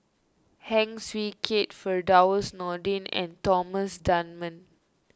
Heng Swee Keat Firdaus Nordin and Thomas Dunman